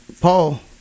Paul